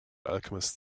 alchemist